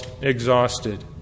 exhausted